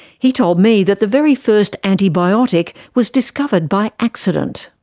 he told me that the very first antibiotic was discovered by accident.